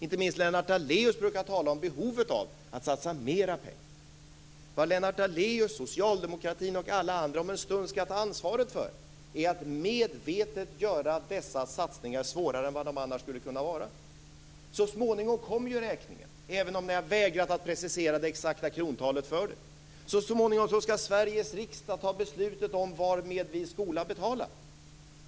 Inte minst Lennart Daléus brukar tala om behovet av att satsa mera pengar. Vad Lennart Daléus, socialdemokratin och alla andra om en stund skall ta ansvar för är att medvetet göra dessa satsningar svårare än vad de annars skulle kunna vara. Så småningom kommer ju räkningen, även om ni har vägrat att precisera det exakta krontalet för detta. Så småningom skall Sveriges riksdag fatta beslutet om vad med vi skola betala.